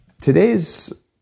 Today's